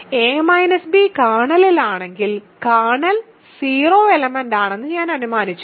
a b കേർണലിലാണെങ്കിൽ kernel 0 എലെമെന്റാണെന്നു ഞാൻ അനുമാനിച്ചു